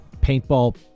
paintball